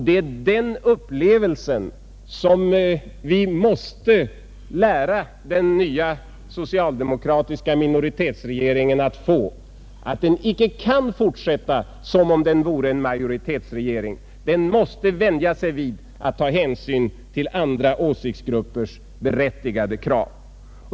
Det är den upplevelsen som vi mäste hjälpa den nya socialdemokratiska minoritetsregeringen att få, att den icke kan fortsätta som om den vore en majoritetsregering. Den måste vänja sig vid att ta hänsyn till andra åsiktsgruppers berättigade krav.